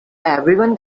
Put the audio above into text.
everyone